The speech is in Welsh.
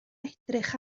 edrych